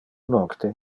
nocte